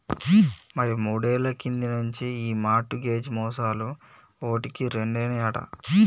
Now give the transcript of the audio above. మరి మూడేళ్ల కింది నుంచి ఈ మార్ట్ గేజ్ మోసాలు ఓటికి రెండైనాయట